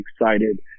excited